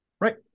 Right